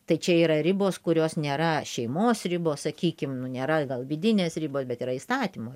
tai čia yra ribos kurios nėra šeimos ribos sakykim nu nėra gal vidinės ribos bet yra įstatymo